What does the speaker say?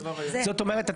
זאת אומרת,